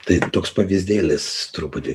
tai toks pavyzdėlis truputį